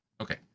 Okay